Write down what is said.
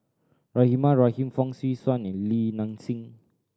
Rahimah Rahim Fong Swee Suan and Li Nanxing